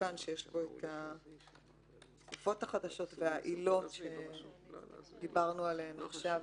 המתוקן שיש בו התקופות החדשות והעילות שדיברנו עליהן עכשיו.